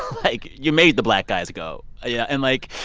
like, you made the black guys go. ah yeah and, like,